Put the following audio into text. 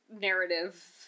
narrative